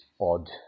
odd